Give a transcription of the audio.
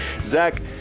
Zach